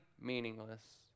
meaningless